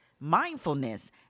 mindfulness